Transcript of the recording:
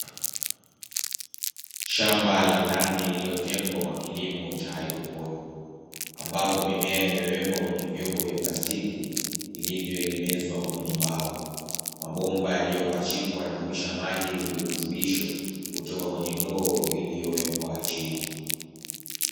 shamba la ndani lilotengwa kwa kilimo cha hydroponi ambapo mimea imewekwa kwenye vyombo vya plastiki vilivyoegemezwa kwenye mbao mabomba yaliyopachikwa, yanarusha maji yenye virutubisho kutoka kwenye ndoo iliyowekwa chini.